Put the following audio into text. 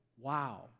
Wow